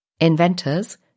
Inventors